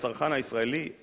הצרכן הישראלי,